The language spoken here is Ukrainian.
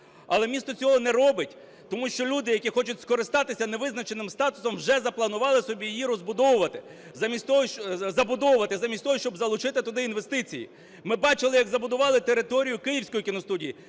але місто цього не робить. Тому що люди, які хочуть скористатися невизначеним статусом вже запланували собі її розбудовувати, забудовувати замість того, щоб залучити туди інвестиції. Ми бачили, як забудували територію Київської кіностудії.